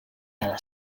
cada